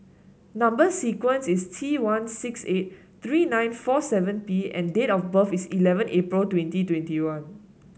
number sequence is T one six eight three nine four seven P and date of birth is eleven April twenty twenty one